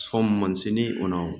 सम मोनसेनि उनाव